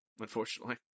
Unfortunately